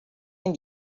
man